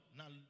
now